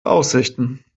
aussichten